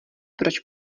proč